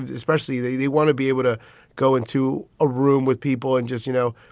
especially they they want to be able to go in to a room with people and just, you know,